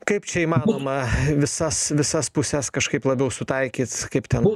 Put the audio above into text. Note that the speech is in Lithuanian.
kaip čia įmanoma visas visas puses kažkaip labiau sutaikyt kaip ten